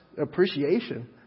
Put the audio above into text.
appreciation